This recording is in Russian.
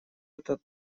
это